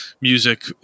music